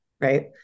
right